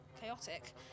chaotic